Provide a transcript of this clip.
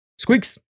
Squeaks